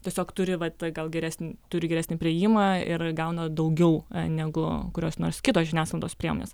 tiesiog turi va tą gal geresnį turi geresnį priėjimą ir gauna daugiau negu kurios nors kitos žiniasklaidos priemonės